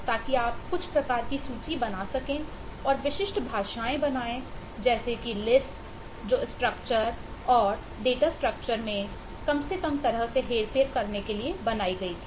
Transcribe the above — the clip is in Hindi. लेकिन एल्गोल में कम से कम तरह से हेरफेर करने के लिए बनाई गई थी